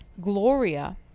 Gloria